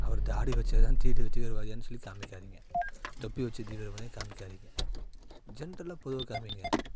அவரு தாடி வச்சுதெல்லாம் தீது தீவிரவாதியான்னு சொல்லி காமிக்காதிங்க தொப்பி வச்ச தீவிரவாதின்னு காமிக்காதிங்க ஜென்ட்ரலாக பொதுவாக காமிங்க